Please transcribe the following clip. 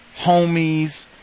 homies